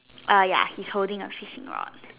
err ya he's holding a fishing rod